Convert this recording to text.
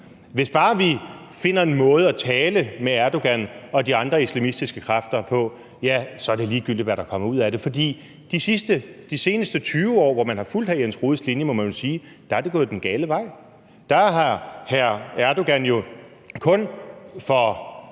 hvis bare vi finder en måde at tale med Erdogan og de andre islamistiske kræfter på, er det ligegyldigt, hvad der kommer ud af det. For de seneste 20 år, hvor man har fulgt hr. Jens Rohdes linje, må man jo sige, at det er gået den gale vej. Der har Erdogan jo kun